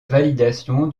validation